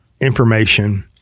information